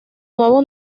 nuevo